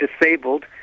disabled